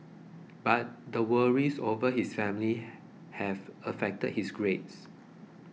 but the worries over his family have affected his grades